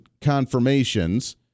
confirmations